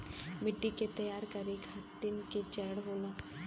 मिट्टी के तैयार करें खातिर के चरण होला?